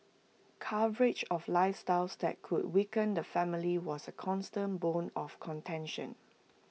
coverage of lifestyles that could weaken the family was A constant bone of contention